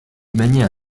maniait